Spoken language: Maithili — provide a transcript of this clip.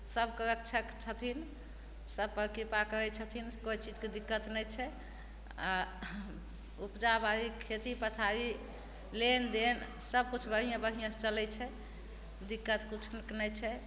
सबके रक्षक छथिन सबपर कृपा करय छथिन कोइ चीजके दिक्कत नहि छै आओर उपजा बाड़ी खेती पथारी लेनदेन सब किछु बढियें बढियेंसँ चलय छै दिक्कत किछु नहि छै